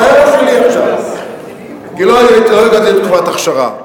הבעיה לא שלי עכשיו, כי לא ידעתי על תקופת אכשרה.